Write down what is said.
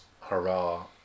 hurrah